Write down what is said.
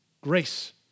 grace